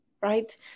right